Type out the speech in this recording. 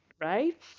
right